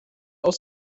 aus